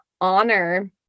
honor